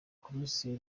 komiseri